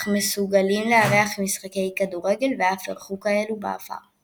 אך מסוגלים לארח משחקי כדורגל ואף אירחו כאלו בעבר.